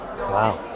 wow